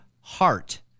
heart